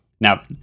Now